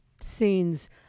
scenes